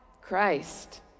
Christ